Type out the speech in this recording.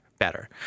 better